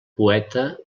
poeta